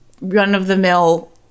run-of-the-mill